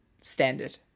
standard